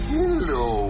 Hello